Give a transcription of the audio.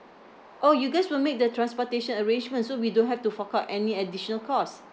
orh you guys will make the transportation arrangements so we don't have to fork out any additional cost